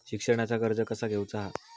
शिक्षणाचा कर्ज कसा घेऊचा हा?